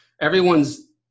everyone's